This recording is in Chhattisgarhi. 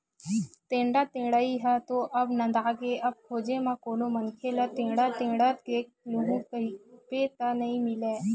टेंड़ा टेड़ई ह तो अब नंदागे अब खोजे म कोनो मनखे ल टेंड़ा टेंड़त देख लूहूँ कहिबे त नइ मिलय